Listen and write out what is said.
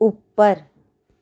ਉੱਪਰ